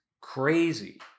crazy